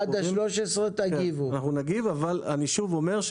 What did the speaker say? אנחנו נגיב אבל אני שוב אומר,